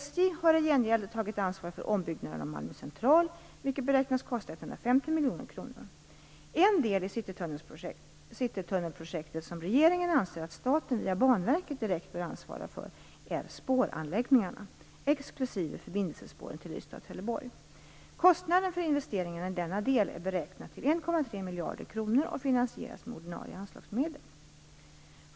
SJ har i gengäld tagit ansvar för ombyggnaden av En del i citytunnelprojektet som regeringen anser att staten via Banverket direkt bör ansvara för är spåranläggningarna, exklusive förbindelsespåren till Ystad och Trelleborg. Kostnaden för investeringarna i denna del är beräknad till 1,3 miljarder kronor och finansieras med ordinarie anslagsmedel.